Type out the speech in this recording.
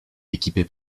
équipée